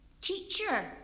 Teacher